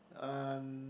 and